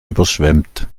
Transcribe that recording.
überschwemmt